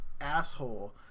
asshole